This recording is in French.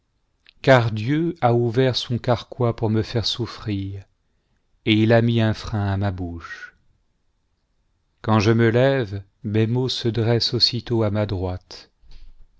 car diett a ouvert son carquois pour me faire souffrir et il a mis un fi'ein à ma bouche quand je me lève mes maux se dressent aussitôt à ma droite